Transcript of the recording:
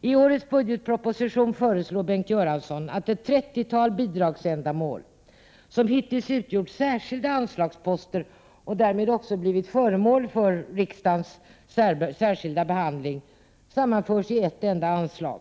I årets budgetproposition föreslår Bengt Göransson att ett trettiotal bidragsändamål — som hittills utgjort särskilda anslagsposter och dessutom varit föremål för riksdagens särskilda behandling — sammanförs till ett enda anslag.